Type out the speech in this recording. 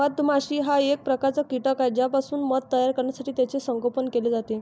मधमाशी हा एक प्रकारचा कीटक आहे ज्यापासून मध तयार करण्यासाठी त्याचे संगोपन केले जाते